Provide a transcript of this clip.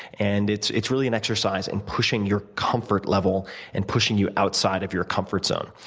and it's it's really an exercise and pushing your comfort level and pushing you outside of your comfort zone.